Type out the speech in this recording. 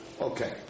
Okay